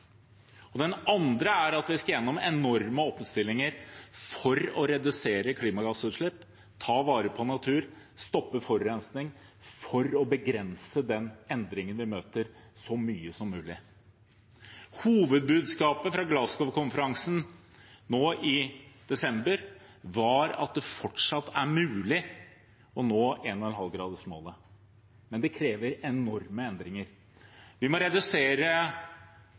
Vi skal også gjennom enorme omstillinger for å redusere klimagassutslipp, ta vare på natur og stoppe forurensning for å begrense den endringen vi møter, så mye som mulig. Hovedbudskapet fra Glasgow-konferansen nå i desember var at det fortsatt er mulig å nå 1,5-gradersmålet, men det krever enorme endringer. Vi må redusere